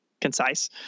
concise